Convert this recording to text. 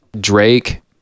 Drake